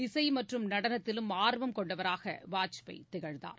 இசை மற்றும் நடனத்திலும் ஆர்வம் கொண்டவராக வாஜ்பாய் திகழ்ந்தார்